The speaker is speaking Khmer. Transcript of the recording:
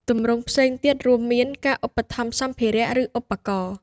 ទម្រង់ផ្សេងទៀតរួមមាន ការឧបត្ថម្ភសម្ភារៈ ឬឧបករណ៍។